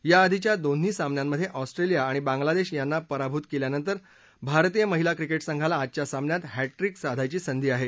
याआधीच्या दोन्ही सामन्यांमधे ऑस्ट्रेलिया आणि बांगलादेश यांना पराभूत केल्यानंतर भारतीय महिला क्रिकेट संघाला आजच्या सामन्यात हॅटट्रिक साधायची संधी आहे